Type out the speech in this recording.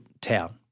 town